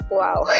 wow